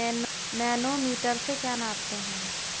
Manometer से क्या नापते हैं?